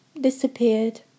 disappeared